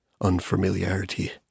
unfamiliarity